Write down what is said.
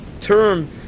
term